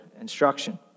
instruction